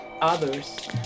others